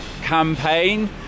campaign